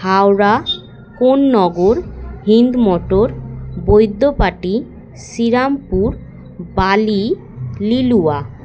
Howrah Konnagar Hindmotor Baidyabati Serampore Bally Liluah